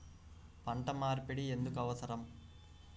పంట మార్పిడి ఎందుకు అవసరం?